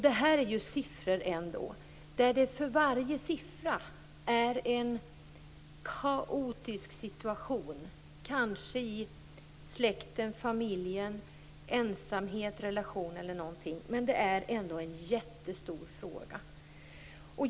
Det här är siffror men bakom varje siffra finns en kaotisk situation, kanske i släkten, familjen, ensamheten, relationen. Det här är ändå en jättestor fråga.